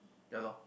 ya loh